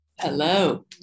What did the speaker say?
Hello